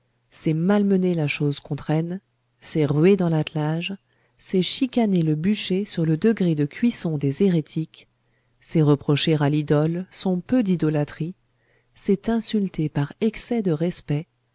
c'est malmener la chose qu'on traîne c'est ruer dans l'attelage c'est chicaner le bûcher sur le degré de cuisson des hérétiques c'est reprocher à l'idole son peu d'idolâtrie c'est insulter par excès de respect